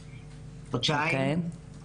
חודשיים.